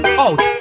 out